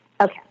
Okay